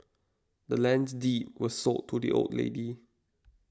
the land's deed was sold to the old lady